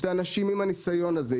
את האנשים עם הניסיון הזה,